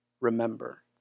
Remember